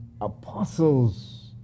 apostles